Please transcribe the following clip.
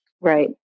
Right